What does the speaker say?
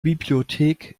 bibliothek